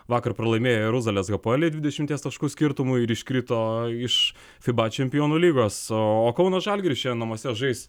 vakar pralaimėjo jeruzalės hapoeliai dvidešimies taškų skirtumu ir iškrito iš fiba čempionų lygos o kauno žalgiris namuose žais